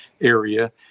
area